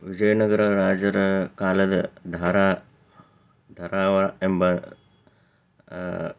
ವಿಜಯನಗರ ರಾಜರ ಕಾಲದ ಧಾರಾ ಧಾರಾವಾ ಎಂಬ